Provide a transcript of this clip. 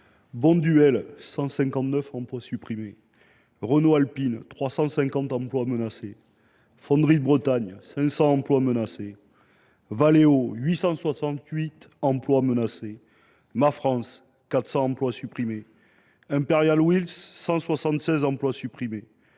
Bonduelle : 159 emplois supprimés ; Renault Alpine : 350 emplois menacés ; Fonderie de Bretagne : 500 emplois menacés ; Valéo : 868 emplois menacés ; MA France : 400 emplois supprimés ; Impériales Wheels : 176 emplois supprimés